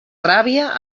ràbia